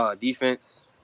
defense